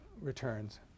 returns